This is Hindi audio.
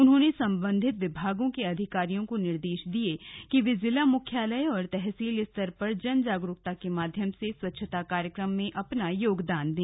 उन्होंने सम्बन्धित विभागों के अधिकारियों को निर्देश दिए कि वे जिला मुख्यालय और तहसील स्तर पर जनजागरूकता के माध्यम से स्वच्छता कार्यक्रम में अपना सहयोग दें